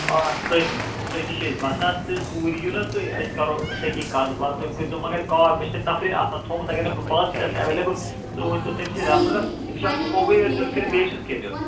آ تٔتۍ تَتی چھِ أسۍ بسان تہِ تور ییِونا تُہۍ أسۍ کرو تَتی کَتھ باتھ تُہۍ کٔرۍ زیو مگَر کَال مےٚ چھُ تَتہِ نفری آسان تھوٚمُت اگر نہٕ بہٕ پانہٕ تہِ آسہٕ ایویلیبٕل تُہۍ ؤنۍ زیو تٔمسٕے نفرَس أمِس چھَا کۄنٛگٕے یوٗت نِٮُ۪ن کِنہٕ بیٚیہِ چھُس کینٛہہ نِٮُ۪ن